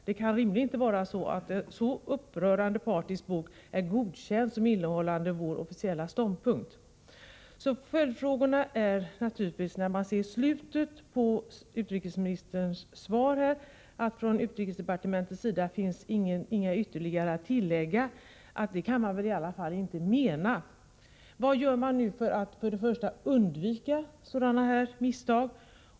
Det kan rimligen inte vara på det viset att en sådan här upprörande partisk bok är godkänd och betraktas som innehållande vår officiella ståndpunkt. I slutet på sitt svar säger utrikesministern: ”Från utrikesdepartementets sida finns därmed inget ytterligare att tillägga.” Det kan man väl i alla fall inte mena? Följdfrågorna blir då naturligtvis följande. Vad gör man nu för att för det första undvika sådana här misstag?